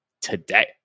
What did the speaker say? today